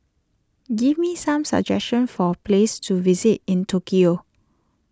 give me some suggestion for place to visit in Tokyo